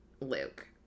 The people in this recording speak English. Luke